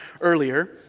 earlier